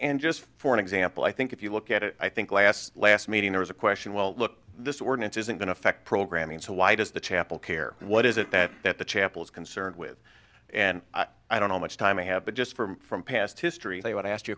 and just for example i think if you look at it i think last last meeting there was a question well look this ordinance isn't going to affect programming so why does the chapel care what is it that that the chapel is concerned with and i don't know much time i have but just for from past history they want to ask you